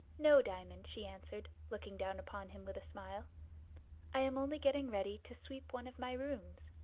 no, diamond, she answered, looking down upon him with a smile i am only getting ready to sweep one of my rooms.